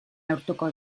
neurtuko